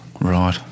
Right